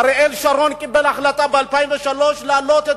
אריאל שרון קיבל החלטה ב-2003 להעלות את